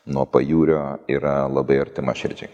nuo pajūrio yra labai artima širdžiai